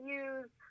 use